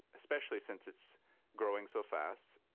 especially since it's growing so fast.